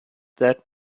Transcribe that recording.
that